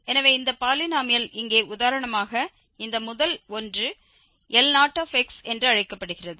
எனவே இந்த பாலினோமியல் இங்கே உதாரணமாக இந்த முதல் ஒன்று L0 என்று அழைக்கப்படுகிறது